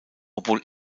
obwohl